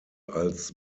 als